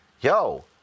Yo